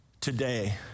today